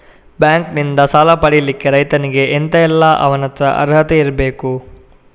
Bank ನಿಂದ ಸಾಲ ಪಡಿಲಿಕ್ಕೆ ರೈತನಿಗೆ ಎಂತ ಎಲ್ಲಾ ಅವನತ್ರ ಅರ್ಹತೆ ಬೇಕು?